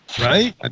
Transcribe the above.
Right